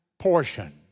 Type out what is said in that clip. portion